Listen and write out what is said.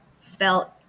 felt